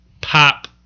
pop